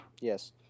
Yes